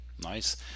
nice